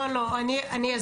לא, לא, אסביר.